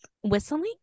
Whistling